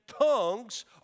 tongues